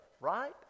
right